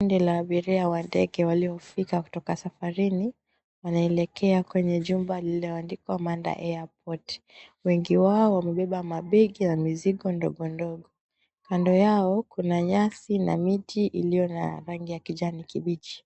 Kundi la abiria wa ndege waliofika kutoka safarini wanaelekea kwenye jumba lililoandikwa, Manda Airport. Wengi wao wamebeba mabegi na mizigo ndogo ndogo, kando yao kuna nyasi na miti iliyo na rangi ya kijani kibichi.